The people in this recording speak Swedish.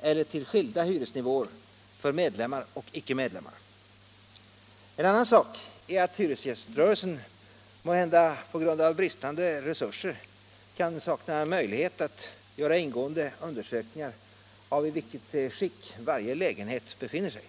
eller till skilda hyresnivåer för medlemmar och icke-medlemmar. En annan sak är att hyresgäströrelsen på grund av bristande resurser kan sakna möjlighet att göra ingående undersökningar av i vilket skick varje lägenhet befinner sig.